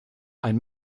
ein